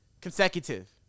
Consecutive